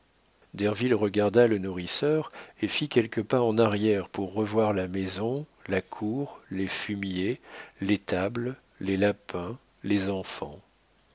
derville regarda le nourrisseur et fit quelques pas en arrière pour revoir la maison la cour les fumiers l'étable les lapins les enfants